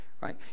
right